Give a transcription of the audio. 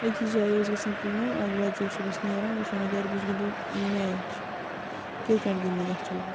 أکِس جایہِ ٲس گژھان کٲم اَکھ بَچہٕ اوس صُبحس نیران یہِ اوس وَنان گھرِ بہٕ چھُس گِنٛدہو میچ کرکٹ گِنٛدنہِ گژھہو بہٕ